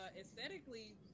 Aesthetically